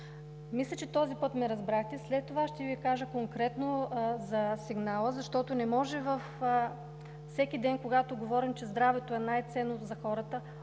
Мисля, че този път ме разбрахте. След това ще Ви кажа конкретно за сигнала, защото не може – всеки ден говорим, че здравето е най-ценното за хората,